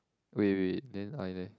wait wait wait then I leh